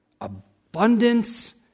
abundance